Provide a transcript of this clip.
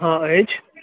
हँ अछि